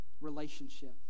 relationship